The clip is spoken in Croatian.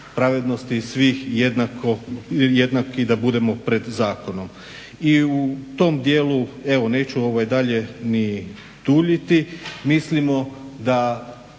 pravednosti da svi jednaki da budemo pred zakonom. Evo i u tom dijelu, evo neću dalje ni duljiti, mislimo da